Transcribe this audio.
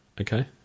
Okay